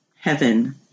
heaven